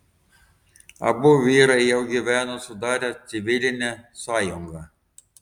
abu vyrai jau gyveno sudarę civilinę sąjungą